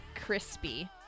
crispy